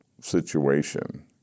situation